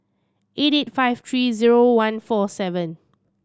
eight eight five three zero one four seven